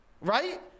right